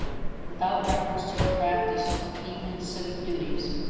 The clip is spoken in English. without reference to the practice of even civic duties,